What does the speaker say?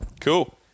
Cool